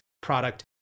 product